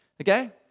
Okay